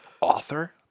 Author